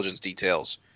details